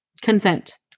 Consent